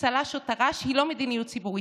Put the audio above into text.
צל"ש או טר"ש היא לא מדיניות ציבורית.